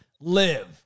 live